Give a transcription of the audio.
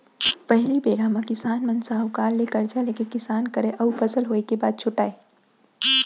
पहिली बेरा म किसान मन साहूकार ले करजा लेके किसानी करय अउ फसल होय के बाद छुटयँ